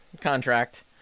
contract